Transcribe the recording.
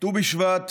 ט"ו בשבט